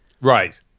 Right